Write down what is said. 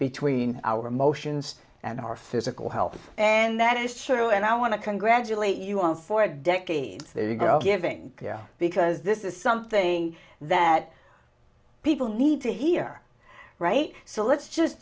between our emotions and our physical health and that is surely and i want to congratulate you on four decades there you go giving because this is something that people need to hear right so let's just